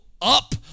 Up